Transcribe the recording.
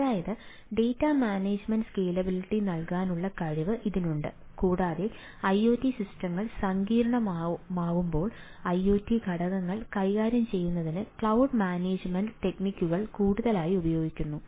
അതായത് data management scalability നൽകാനുള്ള കഴിവ് ഇതിനുണ്ട് കൂടാതെ ഐഒടി സിസ്റ്റങ്ങൾ സങ്കീർണ്ണമാകുമ്പോൾ ഐഒടി ഘടകങ്ങൾ കൈകാര്യം ചെയ്യുന്നതിന് ക്ലൌഡ് മാനേജ്മെന്റ് ടെക്നിക്കുകൾ കൂടുതലായി ഉപയോഗിക്കുന്നു